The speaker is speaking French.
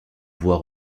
voir